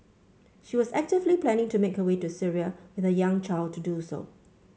she was actively planning to make her way to Syria with her young child to do so